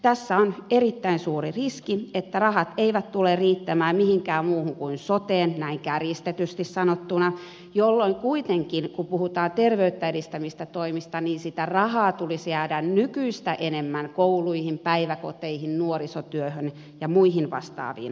tässä on erittäin suuri riski että rahat eivät tule riittämään mihinkään muuhun kuin soteen näin kärjistetysti sanottuna ja kuitenkin kun puhutaan terveyttä edistävistä toimista sitä rahaa tulisi jäädä nykyistä enemmän kouluihin päiväkoteihin nuorisotyöhön ja muihin vastaaviin palveluihin